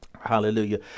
Hallelujah